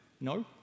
no